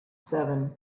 seven